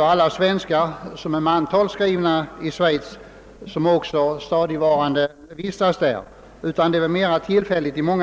Alla svenskar som är mantalsskrivna i Schweiz vistas som bekant inte heller stadigvarande där, utan i många fall är väl vistelsen mera tillfällig. Under